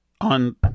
on